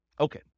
Okay